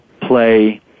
play